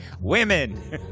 Women